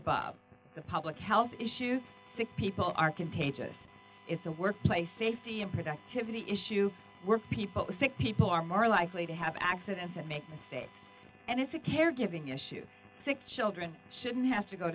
above the public health issue sick people are contagious it's a workplace safety and productivity issue were people sick people are more likely to have accidents and make mistakes and it's a caregiving issue six children shouldn't have to go